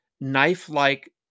knife-like